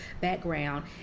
background